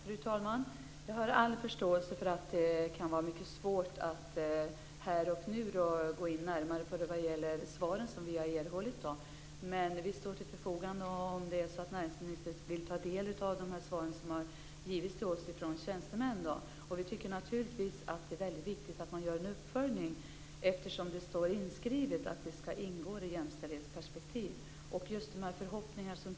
Fru talman! Jag har all förståelse för att det kan vara mycket svårt att här och nu gå in närmare på de svar som vi har erhållit. Men vi står till förfogande om näringsministern vill ta del av de svar som vi har fått från tjänstemännen. Vi tycker naturligtvis att det är mycket viktigt att man gör en uppföljning, eftersom det står inskrivet att det skall ingå ett jämställdhetsperspektiv.